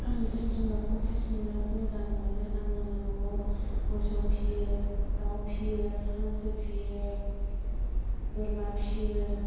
आं जिब जुनारखौ फिसिनो मोजां मोनो आङो न'आव मोसौ फिसियो दाउ फिसियो हांसो फिसियो बोरमा फिसियो